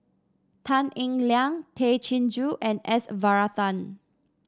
Tan Eng Liang Tay Chin Joo and S Varathan